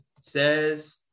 says